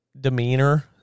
Demeanor